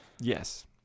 Yes